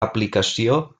aplicació